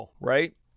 right